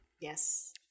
Yes